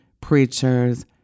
preachers